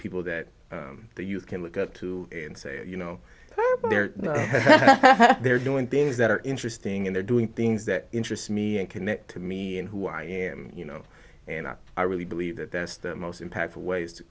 people that you can look up to and say you know how they're doing things that are interesting and they're doing things that interest me and connect to me and who i am you know and i really believe that that's the most impactful ways to